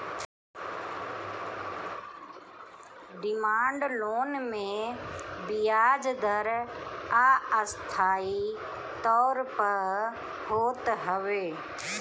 demand loan मे बियाज दर अस्थाई तौर पअ होत हवे